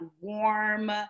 warm